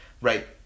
Right